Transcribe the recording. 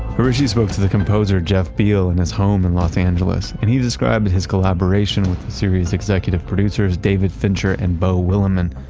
hrishi spoke to the composer, jeff beal, in his home in los angeles and he described his collaboration with the series' executive producers, david fincher and beau willimon.